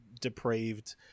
depraved